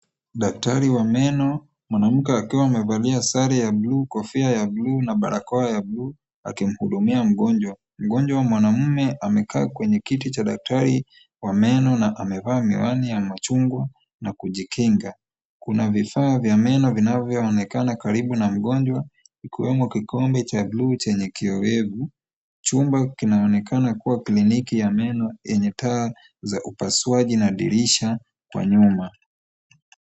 Daktari wa meno, mwanamke akiwa amebalia sare ya bluu, kofia ya bluu na barakoa ya bluu akimhudumia mgonjwa, mgonjwa mwanamume amekaa kwenye kiti cha daktari wa meno na amevaa miwani ya machungwa na kujikinga. Kuna vifaa vya meno vinavyoonekana karibu na mgonjwa, ikiwemo kikombe cha bluu chenye kioevu. Chumba kinaonekana kuwa kliniki ya meno yenye taa za upasuaji na dirisha kwa nyuma.